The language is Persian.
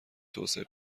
توسعه